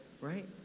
Right